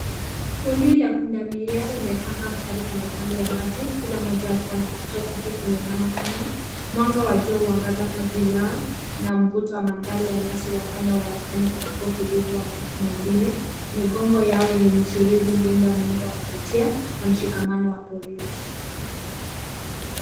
Kundi la punda milia limepanga mstari kando kando ya maji kila mmoja akiwa na kichwa chake kimeinama kunywa. Mwanga wa jua huangaza kwa ajili yao na mvuto wa mandhari ya nyasi unaonekana katika utulivu wa maumbile. Migongo yao yenye micherezi huunda muundo wa kuvutia na mshikamano wa porini.